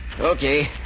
Okay